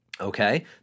Okay